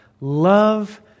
love